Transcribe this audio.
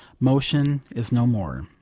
motion is no more.